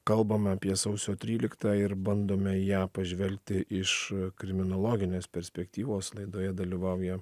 kalbame apie sausio tryliktą ir bandome į ją pažvelgti iš kriminologinės perspektyvos laidoje dalyvauja